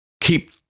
keep